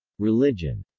religion